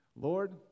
Lord